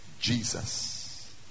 Jesus